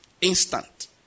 Instant